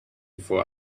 for